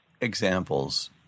examples